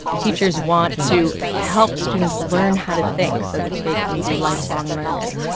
teachers want to help students learn how to think so that they can be lifelong learners.